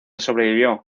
sobrevivió